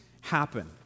happen